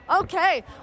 Okay